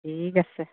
ঠিক আছে